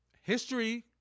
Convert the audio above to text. history